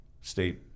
State